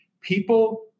people